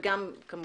גם אם